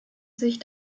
sich